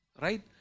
Right